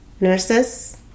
nurses